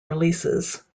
releases